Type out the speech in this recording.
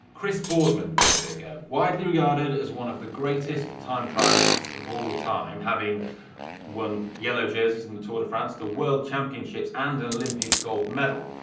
chris boardman gave it a go. widely regarded as one of the greatest time trialists of all time having won yellow jerseys in the tour de france, the world championships, and an olympic gold medal.